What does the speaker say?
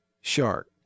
shark